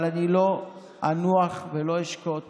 אני לא אנוח ולא אשקוט